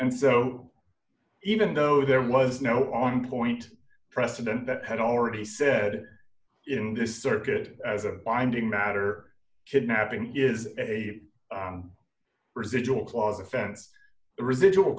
and so even though there was no on point precedent that had already said in this circuit as a binding matter kidnapping is a residual clause offense residual